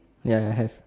ya I have